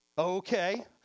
Okay